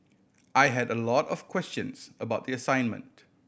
I had a lot of questions about the assignment